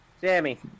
Sammy